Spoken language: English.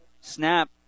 Snap